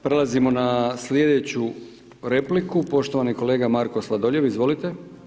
Prelazimo na sljedeću repliku, poštovani kolega Marko Sladoljev, izvolite.